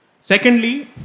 Secondly